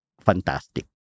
fantastic